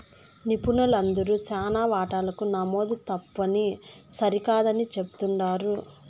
నిపుణులందరూ శానా వాటాలకు నమోదు తప్పుని సరికాదని చెప్తుండారు